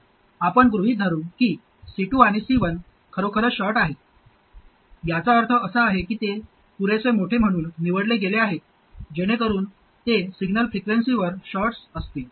आपण गृहित धरू की C2 आणि C1 खरोखरच शॉर्ट आहेत याचा अर्थ असा आहे की ते पुरेसे मोठे म्हणून निवडले गेले आहेत जेणेकरून ते सिग्नल फ्रिक्वेन्सीवर शॉर्ट्स असतील